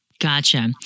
Gotcha